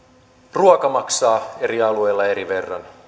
ruoka maksaa eri alueilla eri verran